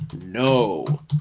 no